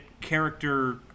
character